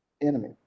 enemy